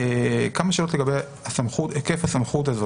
כמה שאלות לגבי היקף הסמכות הזאת.